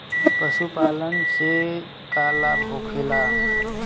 पशुपालन से का लाभ होखेला?